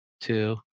two